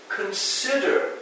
consider